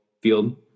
field